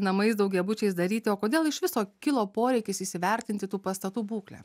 namais daugiabučiais daryti o kodėl iš viso kilo poreikis įsivertinti tų pastatų būklę